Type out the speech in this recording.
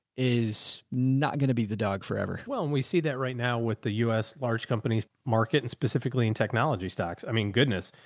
is not going to be the dog forever. well, and we see that right now with the u s large companies market and specifically in technology stocks. i mean, goodness,